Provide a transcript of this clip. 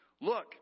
Look